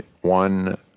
one